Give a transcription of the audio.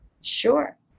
Sure